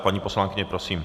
Paní poslankyně, prosím.